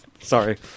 Sorry